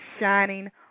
shining